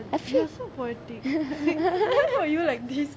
actually